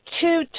two